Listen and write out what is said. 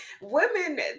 women